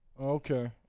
Okay